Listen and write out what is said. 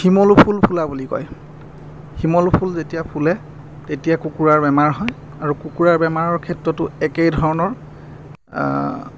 শিমলু ফুল ফুলা বুলি কয় শিমলু ফুল যেতিয়া ফুলে তেতিয়া কুকুৰাৰ বেমাৰ হয় আৰু কুকুৰাৰ বেমাৰৰ ক্ষেত্ৰতো একেই ধৰণৰ